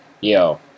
yo